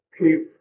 keep